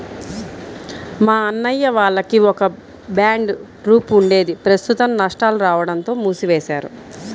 మా అన్నయ్య వాళ్లకి ఒక బ్యాండ్ ట్రూప్ ఉండేది ప్రస్తుతం నష్టాలు రాడంతో మూసివేశారు